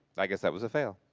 i guess that was a fail.